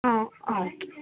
ஆ ஆ ஓகே